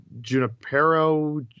Junipero